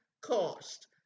cost